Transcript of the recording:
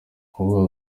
kuvuga